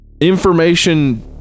information